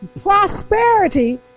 prosperity